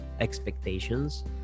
expectations